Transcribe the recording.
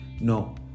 No